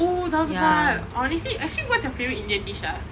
oh tahu sambal honestly actually what's your favourite indian dish ah